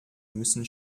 müssen